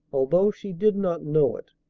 although she did not know it.